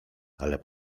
ale